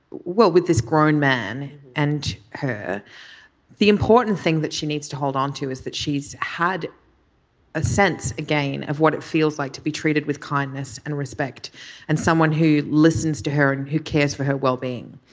well with this grown man and her the important thing that she needs to hold on to is that she's had a sense again of what it feels like to be treated with kindness and respect and someone who listens to heroin who cares for her well-being.